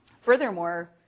Furthermore